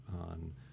on